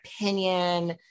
opinion